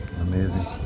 Amazing